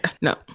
No